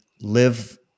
live